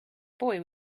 boy